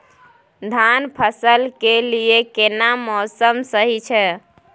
धान फसल के लिये केना मौसम सही छै?